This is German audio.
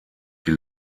die